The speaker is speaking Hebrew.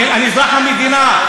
אני אזרח המדינה.